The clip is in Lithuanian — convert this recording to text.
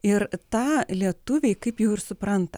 ir tą lietuviai kaip jau ir supranta